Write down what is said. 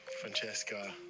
Francesca